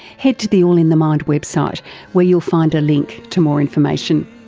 head to the all in the mind website where you'll find a link to more information.